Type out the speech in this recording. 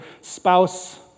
spouse